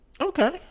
Okay